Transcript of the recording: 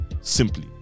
Simply